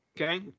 Okay